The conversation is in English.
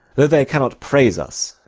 though they cannot praise us,